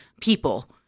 people